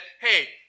hey